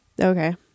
Okay